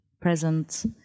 present